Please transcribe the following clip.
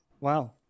Wow